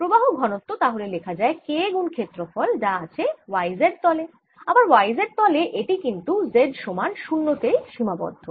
প্রবাহ ঘনত্ব তা হলে লেখা যায় K গুন ক্ষেত্রফল যা আছে Y Z তলে আবার Y Z তলে এটি কিন্তু Z সমান 0 তে সীমাবদ্ধ